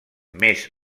més